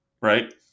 right